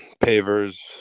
pavers